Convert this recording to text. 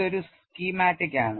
ഇതൊരു സ്കീമാറ്റിക് ആണ്